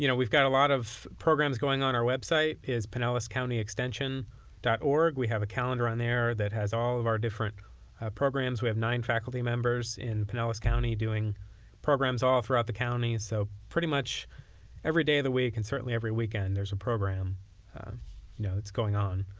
you know we've got a lot of programs going on. our web site is pinellascountyextension org. we have a calendar on there that has all of our different programs. we have nine faculty members in pinellas county doing programs all throughout the county. so pretty much every day of the week and certainly every weekend, there's a program you know that's going on.